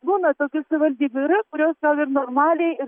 būna tokių savivaldybių yra kurios gal ir normaliai ir